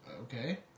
okay